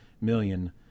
million